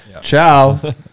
Ciao